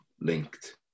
linked